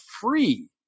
free